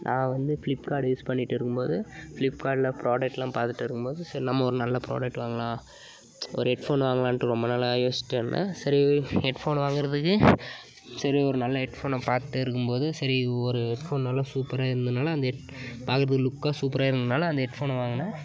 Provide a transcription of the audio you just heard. நான் வந்து ஃப்ளிப்கார்டு யூஸ் பண்ணிகிட்டு இருக்கும் போது ஃப்ளிப்கார்ட்டுல ப்ராடக்ட்லாம் பார்த்துட்டு இருக்கும் போது சரி நம்ம ஒரு நல்ல ப்ரோடக்ட் வாங்கலாம் ஒரு ஹெட்ஃபோன் வாங்கலாம்ன்ட்டு ரொம்ப நாளாக யோஸ்ச்சுட்டே இருந்தேன் சரி ஹெட்ஃபோன் வாங்குறதுக்கு சரி ஒரு நல்ல ஹெட்ஃபோனை பாத்துட்டே இருக்கும்போது சரி ஒரு ஹெட்ஃபோன் நல்லா சூப்பராக இருந்ததினால அந்த ஹெட் பாக்கிறதுக்கு லுக்காக சூப்பராக இருந்ததினால அந்த ஹெட்ஃபோனை வாங்கினேன்